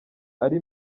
ari